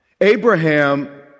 Abraham